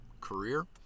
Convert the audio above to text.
career